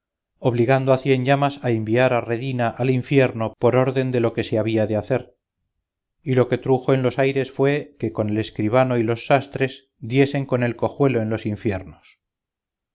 obligando a cienllamas a inviar a redina al infierno por orden de lo que se había de hacer y lo que trujo en los aires fué que con el escribano y los sastres diesen con el cojuelo en los infiernos